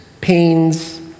pains